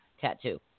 tattoo